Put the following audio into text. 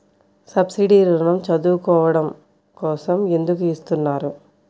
Subsidy ఋణం చదువుకోవడం కోసం ఎందుకు ఇస్తున్నారు?